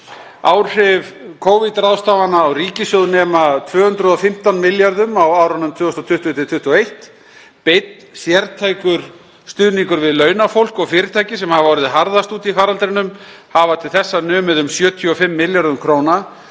Áhrif Covid-ráðstafana á ríkissjóð nema 215 milljörðum kr. á árunum 2020–2021. Beinn sértækur stuðningur við launafólk og fyrirtæki sem hafa orðið harðast úti í faraldrinum hefur til þessa numið um 75 milljörðum kr.,